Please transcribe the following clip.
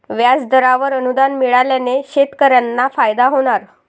व्याजदरावर अनुदान मिळाल्याने शेतकऱ्यांना फायदा होणार